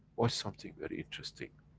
watch something very interesting,